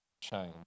change